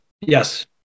Yes